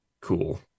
cool